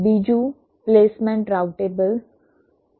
બીજું placement routable છે